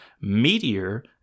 Meteor